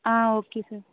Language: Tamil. ah okay sir